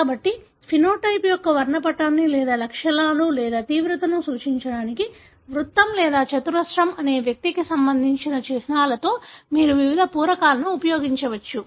కాబట్టి ఫినోటైప్ యొక్క వర్ణపటాన్ని లేదా లక్షణాలు లేదా తీవ్రతను సూచించడానికి వృత్తం లేదా చతురస్రం అనే వ్యక్తికి సంబంధించిన చిహ్నాలలో మీరు వివిధ పూరకాలను ఉపయోగించవచ్చు